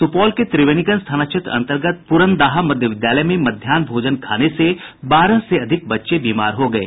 सुपौल जिले के त्रिवेणीगंज थाना क्षेत्र अंतर्गत पुरनदाहा मध्य विद्यालय में मध्याह्न भोजन खाने से बारह से अधिक बच्चे बीमार हो गये